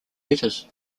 letters